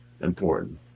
important